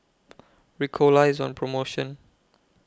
Ricola IS on promotion